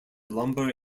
lumber